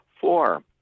Four